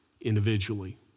individually